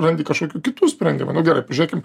randi kažkokių kitų sprendimų nu gerai pažiūrėkim